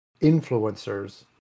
influencers